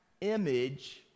image